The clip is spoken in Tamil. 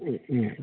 ம் ம்